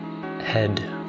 head